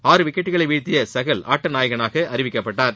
ஆறு விக்கெட்களை வீழ்த்திய சஹல் ஆட்ட நாயகனாக அறிவிக்கப்பட்டார்